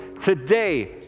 today